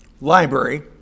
library